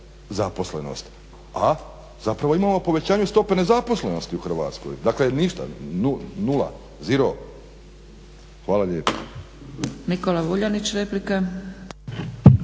zaposlenost, a zapravo imamo povećanje stope nezaposlenosti u Hrvatskoj, dakle ništa, nula, zero. Hvala lijepa. **Zgrebec, Dragica